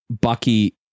Bucky